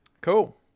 Cool